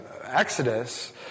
Exodus